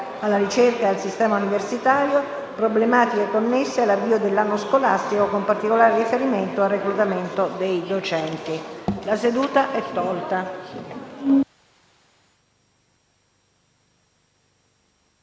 alla ricerca e al sistema universitario; problematiche connesse all'avvio dell'anno scolastico, con particolare riferimento al reclutamento dei docenti. **Ripresa della